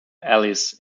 ales